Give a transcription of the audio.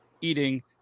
eating